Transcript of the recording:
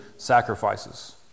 sacrifices